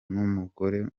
n’umugore